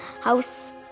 house